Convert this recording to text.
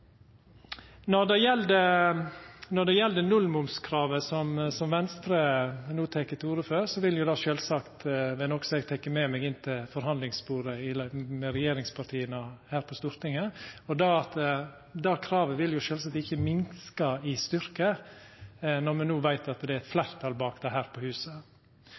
Når det gjeld nullmomskravet som Venstre no tek til orde for, vil det sjølvsagt vera noko som eg tek med meg inn til forhandlingane med regjeringspartia her på Stortinget. Det kravet vil sjølvsagt ikkje minka i styrke når me no veit at det er eit fleirtal bak det her i huset.